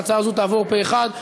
שההצעה הזאת תעבור פה אחד.